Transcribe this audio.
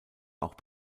auch